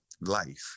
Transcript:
life